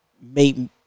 made